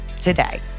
today